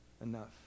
Enough